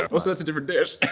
also that's a different dish.